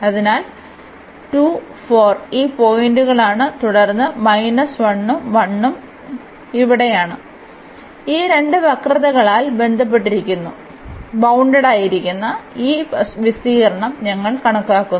അതിനാൽ ഈ പോയിന്റാണ് തുടർന്ന് 1 ഉം 1 ഉം ഇവിടെയാണ് ഈ രണ്ട് വക്രതകളാൽ ബൌണ്ടഡായയിരിക്കുന്ന ഈ വിസ്തീർണ്ണം ഞങ്ങൾ കണക്കാക്കുന്നു